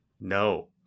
No